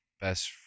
best